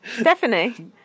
Stephanie